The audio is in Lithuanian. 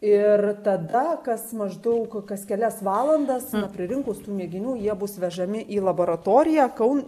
ir tada kas maždaug kas kelias valandas pririnkus tų mėginių jie bus vežami į laboratoriją kaune